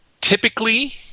Typically